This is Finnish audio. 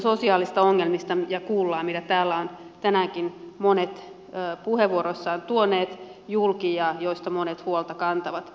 se nähdään ja kuullaan niistä sosiaalisista ongelmista joita täällä ovat tänäänkin monet puheenvuoroissaan tuoneet julki ja joista monet huolta kantavat